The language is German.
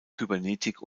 kybernetik